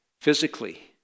physically